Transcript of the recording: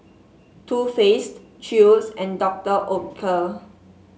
Too Faced Chew's and Doctor Oetker